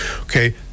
Okay